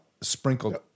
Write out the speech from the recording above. sprinkled